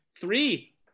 Three